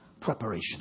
Preparation